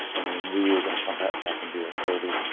and then we knew we were going to come back back and do it. so the